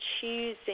choosing